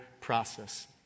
process